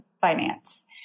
finance